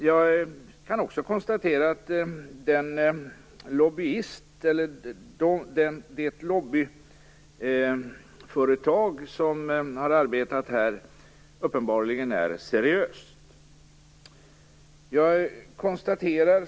Jag kan också konstatera att det lobbyföretag som har arbetat här uppenbarligen är seriöst.